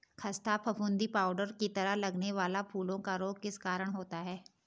खस्ता फफूंदी पाउडर की तरह लगने वाला फूलों का रोग किस कारण होता है?